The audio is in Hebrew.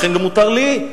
לכן מותר גם לי,